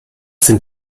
sind